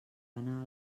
anar